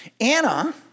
Anna